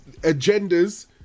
agendas